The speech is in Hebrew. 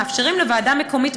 מאפשרים לוועדה מקומית,